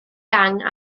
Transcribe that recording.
gang